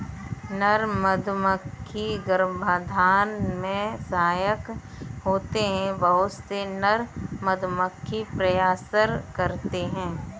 नर मधुमक्खी गर्भाधान में सहायक होते हैं बहुत से नर मधुमक्खी प्रयासरत रहते हैं